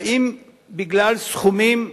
האם בגלל סכומים,